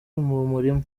murima